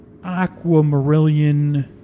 aquamarillion